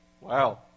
Wow